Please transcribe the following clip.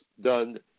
done